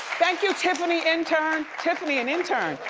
thank you tiffany intern, tiffany and intern.